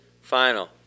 final